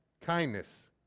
kindness